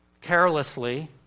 carelessly